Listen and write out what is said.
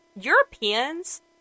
Europeans